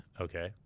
Okay